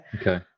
Okay